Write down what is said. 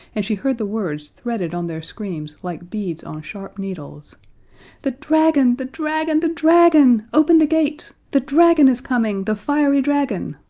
and she heard the words threaded on their screams like beads on sharp needles the dragon, the dragon, the dragon! open the gates! the dragon is coming! the fiery dragon!